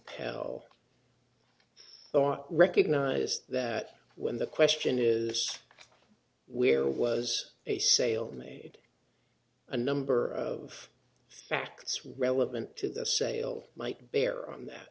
thought recognized that when the question is where was a sale made a number of facts relevant to the sale might bear on that